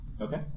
Okay